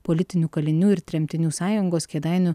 politinių kalinių ir tremtinių sąjungos kėdainių